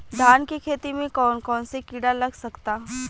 धान के खेती में कौन कौन से किड़ा लग सकता?